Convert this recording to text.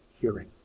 hearing